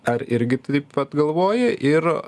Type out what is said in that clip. ar irgi taip pat galvoji ir